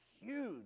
huge